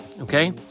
okay